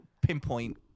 pinpoint